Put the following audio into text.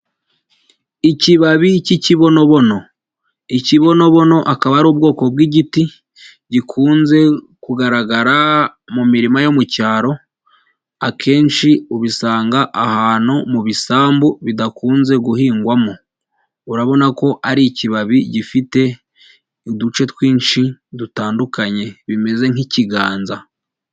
Ikibabi k'ikibonobono, ikibonobono akaba ari ubwoko bw'igiti gikunze kugaragara mu mirima yo mu cyaro, akenshi ubisanga ahantu mu bisambu bidakunze guhingwamo, urabona ko ari ikibabi gifite uduce twinshi dutandukanye, bimeze nk'ikiganza.